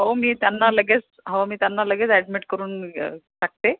हो मी त्यांना लगेच हो मी त्यांना लगेच ॲडमिट करून टाकते